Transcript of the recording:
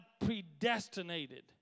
predestinated